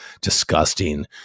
disgusting